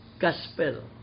gospel